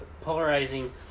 polarizing